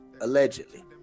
allegedly